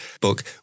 book